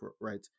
right